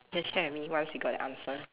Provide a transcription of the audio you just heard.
you can share with me once you got the answer